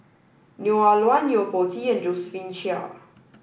Neo Ah Luan Yo Po Tee and Josephine Chia